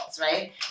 right